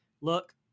look